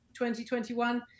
2021